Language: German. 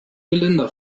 geländer